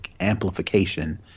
amplification